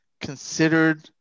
considered